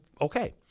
okay